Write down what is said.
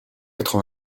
quatre